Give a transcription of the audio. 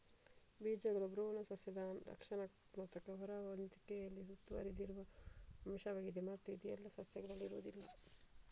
ಬೀಜಗಳು ಭ್ರೂಣ ಸಸ್ಯದ ರಕ್ಷಣಾತ್ಮಕ ಹೊರ ಹೊದಿಕೆಯಲ್ಲಿ ಸುತ್ತುವರೆದಿರುವ ಅಂಶವಾಗಿದೆ ಮತ್ತು ಇದು ಎಲ್ಲಾ ಸಸ್ಯಗಳಲ್ಲಿ ಇರುವುದಿಲ್ಲ